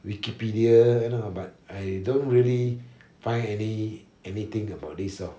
wikipedia you know but I don't really find any~ anything about this lor about the pineapple are about the pineapple plantation history behind it